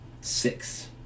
Six